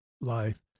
life